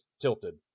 tilted